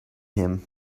him